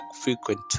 frequent